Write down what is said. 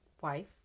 wife